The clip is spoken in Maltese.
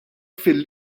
fil